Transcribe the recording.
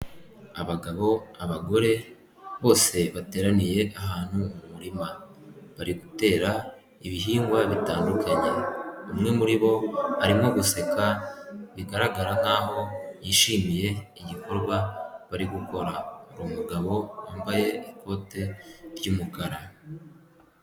Abagabo abagore, bose bateraniye ahantu mu murima. Bari gutera ibihingwa bitandukanye. Umwe muribo arimo guseka, bigaragara nkaho, yishimiye igikorwa bari gukora. Hari umugabo wambaye ikote ry'umukara.